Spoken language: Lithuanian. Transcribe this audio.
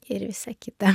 ir visa kita